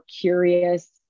curious